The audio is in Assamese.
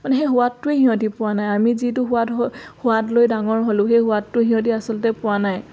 মানে সেই সোৱাদটোৱে সিহঁতে পোৱা নাই আমি যিটো সোৱাদ হৈ সোৱাদ লৈ ডাঙৰ হ'লোঁ সেই সোৱাদটো সিহঁতে আচলতে পোৱা নাই